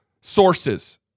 sources